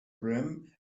brim